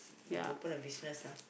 open a business ah